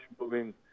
moving